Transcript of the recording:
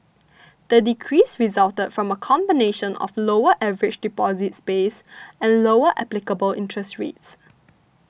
the decrease resulted from a combination of lower average deposits base and lower applicable interest rates